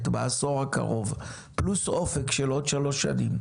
בעשור הקרוב פלוס אופק של עוד שלוש שנים,